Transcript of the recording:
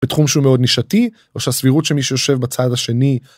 בתחום שהוא מאוד נישתי או שהסבירות שמישהו יושב בצד השני.